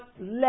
let